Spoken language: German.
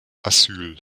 asyl